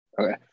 Okay